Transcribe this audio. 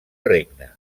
regne